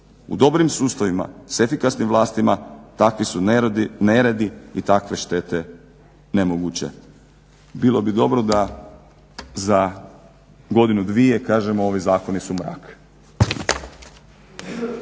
U dobrim sustavima s efikasnim vlastima takvi su neredi i takve štete nemoguće. Bilo bi dobro da za godinu-dvije kažemo ovi zakoni su mrak.